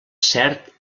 cert